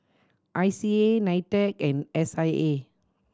I C A NITEC and S I A